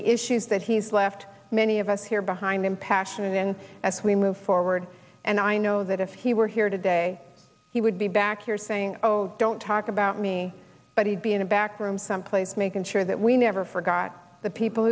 the issues that he's left many of us here behind him passionately and as we move forward and i know that if he were here today he would be back here saying oh don't talk about me but he'd be in a back room someplace making sure that we never forgot the people